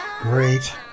Great